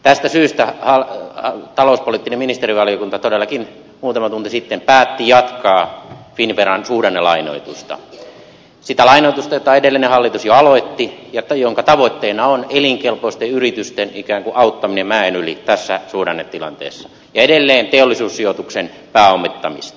tästä syystä talouspoliittinen ministerivaliokunta todellakin muutama tunti sitten päätti jatkaa finnveran suhdannelai noitusta sitä lainoitusta jonka edellinen hallitus jo aloitti ja jonka tavoitteena on elinkelpoisten yritysten ikään kuin auttaminen mäen yli tässä suhdannetilanteessa ja edelleen teollisuussijoituksen pääomittamista